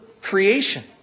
creation